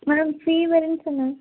madam ஃபீவருன்னு சொன்னேன்ங்க